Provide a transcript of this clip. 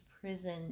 prison